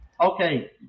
okay